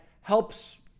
helps